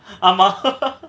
ஆமா:aama